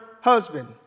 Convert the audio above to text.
husband